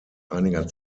einer